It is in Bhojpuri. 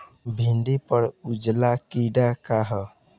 भिंडी पर उजला कीड़ा का है?